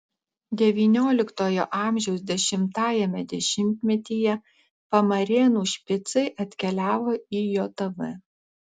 devynioliktojo amžiaus dešimtajame dešimtmetyje pamarėnų špicai atkeliavo į jav